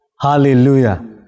Hallelujah